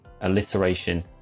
alliteration